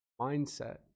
mindset